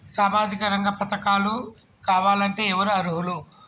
సామాజిక రంగ పథకాలు కావాలంటే ఎవరు అర్హులు?